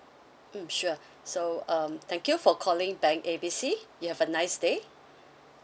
mm sure so um thank you for calling bank A B C you have a nice day